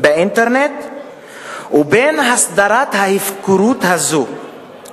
לכן אני מקווה מאוד שכשאביא את ההצעה הזאת לוועדת